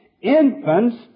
infants